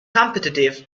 competitive